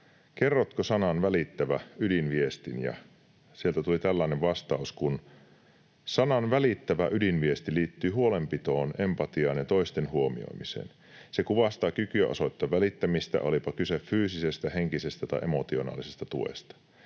kerrotko sanan ”välittävä” ydinviestin, ja sieltä tuli tällainen vastaus: ”Sanan välittävä ydinviesti liittyy huolenpitoon, empatiaan ja toisten huomioimiseen. Se kuvastaa kykyä osoittaa välittämistä, olipa kyse fyysisestä, henkisestä tai emotionaalisesta tuesta.